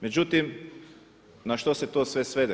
Međutim, na što se to sve svede?